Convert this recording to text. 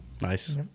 Nice